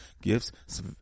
gifts